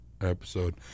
episode